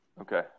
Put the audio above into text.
Okay